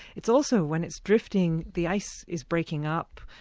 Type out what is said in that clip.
it's also when it's drifting, the ice is breaking up,